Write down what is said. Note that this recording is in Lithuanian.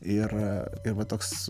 ir ir va toks